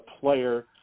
player